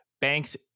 banks